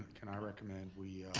can i recommend we